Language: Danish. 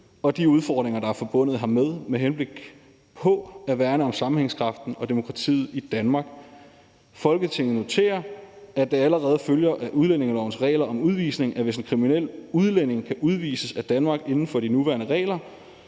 og de udfordringer, der er forbundet hermed, med henblik på at værne om sammenhængskraften og demokratiet i Danmark. Folketinget noterer, at det allerede følger af udlændingelovens regler om udvisning, at hvis en kriminel udlænding kan udvises af Danmark inden for de nuværende regler,